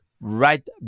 right